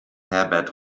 herbert